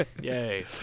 Yay